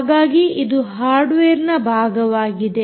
ಹಾಗಾಗಿ ಇದು ಹಾರ್ಡ್ವೇರ್ ನ ಭಾಗವಾಗಿದೆ